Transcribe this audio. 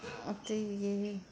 ਅਤੇ ਇਹ